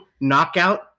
Knockout